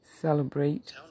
celebrate